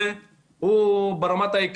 מותר לך.